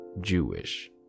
Jewish